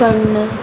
कड्ण